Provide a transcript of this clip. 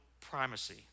primacy